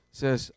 says